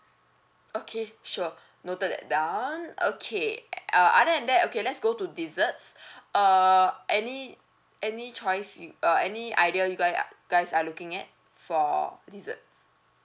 okay sure noted that down okay uh other than that okay let's go to desserts err any any choice you uh any idea you guy a~ guys are looking at for desserts